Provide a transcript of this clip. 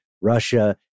Russia